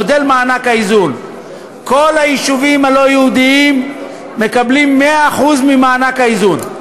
מודל מענק האיזון: כל היישובים הלא-יהודיים מקבלים 100% מענק איזון.